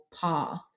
path